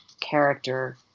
character